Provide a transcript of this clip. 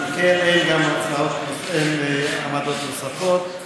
אם כן, אין עמדות נוספות.